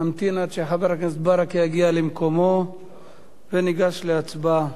נמתין עד שחבר הכנסת ברכה יגיע למקומו וניגש להצבעה.